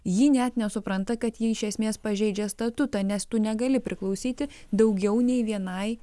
ji net nesupranta kad ji iš esmės pažeidžia statutą nes tu negali priklausyti daugiau nei vienai